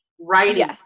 writing